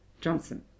Johnson